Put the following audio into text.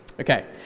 Okay